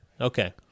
Okay